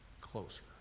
closer